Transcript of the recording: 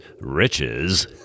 riches